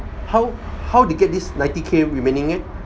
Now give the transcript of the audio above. how how they get this ninety K remaining leh